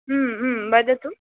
वदतु